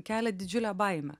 kelia didžiulę baimę